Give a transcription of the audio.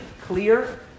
clear